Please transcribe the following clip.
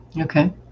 Okay